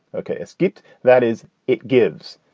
ok. is it? that is it gives.